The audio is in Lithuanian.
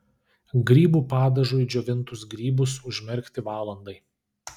grybų padažui džiovintus grybus užmerkti valandai